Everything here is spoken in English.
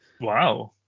Wow